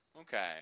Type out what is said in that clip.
Okay